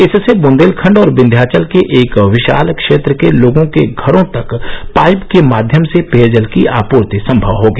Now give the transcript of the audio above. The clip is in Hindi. इससे बुंदेलखंड और विंध्याचल के एक विशाल क्षेत्र के लोगों के घरों तक पाइप के माध्यम से पेयजल की आपूर्ति संभव होगी